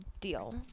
deal